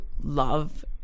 love